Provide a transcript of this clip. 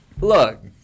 look